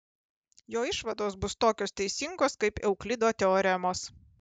jo išvados bus tokios teisingos kaip euklido teoremos